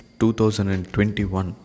2021